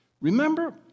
Remember